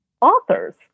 authors